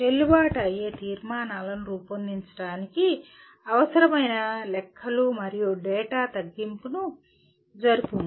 చెల్లుబాటు అయ్యే తీర్మానాలను రూపొందించడానికి అవసరమైన లెక్కలు మరియు డేటా తగ్గింపును జరుపుము